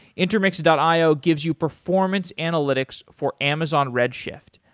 intermix and io gives you performance analytics for amazon redshift.